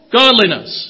godliness